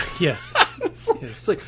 Yes